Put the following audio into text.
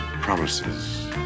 Promises